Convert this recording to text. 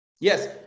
yes